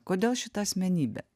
kodėl šita asmenybė